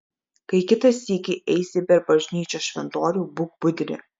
kai kitą sykį eisi per bažnyčios šventorių būk budri